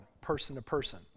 person-to-person